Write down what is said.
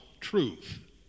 truth